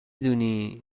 دونی